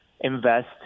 invest